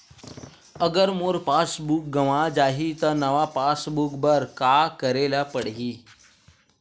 अगर मोर passbook गवां जाहि त नवा पास बुक बर का करे ल पड़हि?